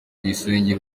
tuyisenge